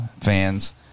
fans